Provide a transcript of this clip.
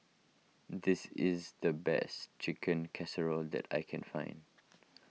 this is the best Chicken Casserole that I can find